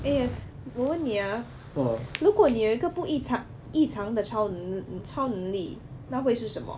eh 我问你 ah 如果你有一个不异常异常的超能超能力那会是什么